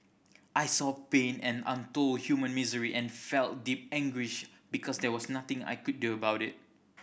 I saw pain and untold human misery and felt deep anguish because there was nothing I could do about it